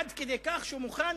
עד כדי כך שהוא מוכן